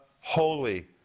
Holy